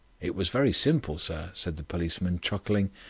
it was very simple, sir, said the policeman, chuckling.